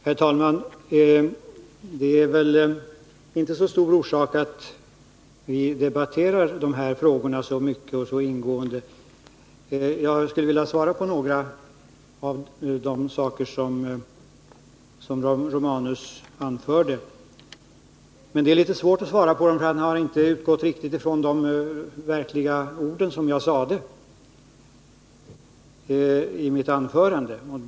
Herr talman! Det är väl inte så stor anledning för oss att debattera dessa frågor så mycket och så ingående. Jag skulle vilja svara på några av de saker som Gabriel Romanus anförde. Men det är litet svårt att svara på dem, för han har inte utgått riktigt från de verkliga ord som jag använde i mitt anförande.